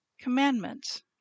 commandments